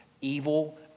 evil